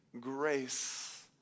grace